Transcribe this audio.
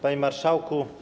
Panie Marszałku!